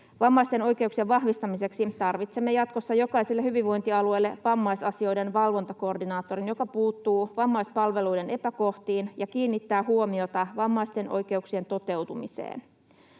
Vammaisten oikeuksien vahvistamiseksi tarvitsemme jatkossa jokaiselle hyvinvointialueelle vammaisasioiden valvontakoordinaattorin, joka puuttuu vammaispalveluiden epäkohtiin ja kiinnittää huomiota vammaisten oikeuksien toteutumiseen.